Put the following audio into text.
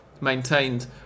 maintained